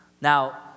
Now